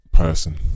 person